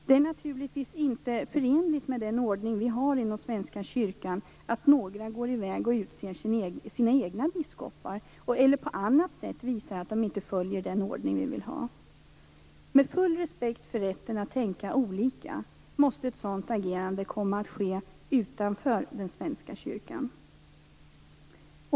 Det är naturligtvis inte förenligt med den ordning som vi har inom Svenska kyrkan att några drar i väg och utser sina egna biskopar eller på annat sätt visar att de inte följer den ordning som vi har valt att ha. Med full respekt för rätten att tänka olika måste ett sådant agerande komma att ske utanför den svenska kyrkan.